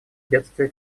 бедствия